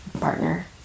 partner